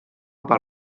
per